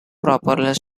propeller